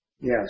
Yes